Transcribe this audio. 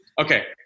okay